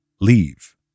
Leave